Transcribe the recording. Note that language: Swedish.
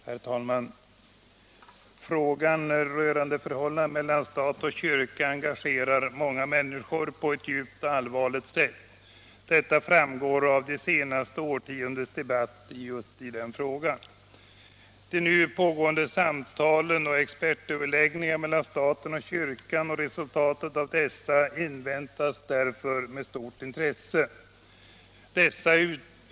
Herr talman! Frågan rörande förhållandet mellan stat och kyrka engagerar många människor på ett djupt och allvarligt sätt. Detta framgår av det senaste årtiondets debatt i frågan. De nu pågående samtalen och Förhållandet expertöverläggningarna mellan staten och kyrkan och resultatet av dessa inväntas därför med stort intresse.